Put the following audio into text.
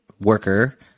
worker